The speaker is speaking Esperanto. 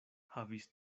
havis